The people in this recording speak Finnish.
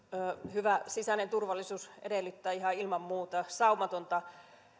hyvä sisäinen turvallisuus edellyttää ihan ilman muuta